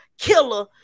killer